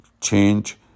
change